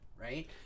right